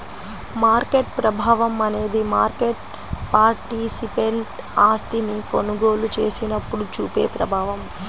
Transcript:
market ప్రభావం అనేది market participant ఆస్తిని కొనుగోలు చేసినప్పుడు చూపే ప్రభావం